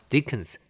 Dickens